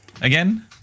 Again